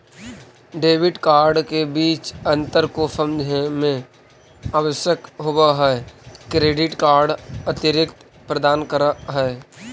Debit card के बीच अंतर को समझे मे आवश्यक होव है क्रेडिट कार्ड अतिरिक्त प्रदान कर है?